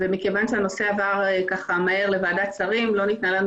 וכיוון שהנושא עבר מהר לוועדת שרים לא ניתנה לנו